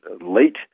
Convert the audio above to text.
late